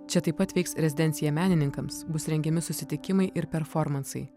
čia taip pat veiks rezidencija menininkams bus rengiami susitikimai ir performansai